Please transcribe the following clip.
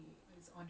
oh